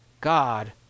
God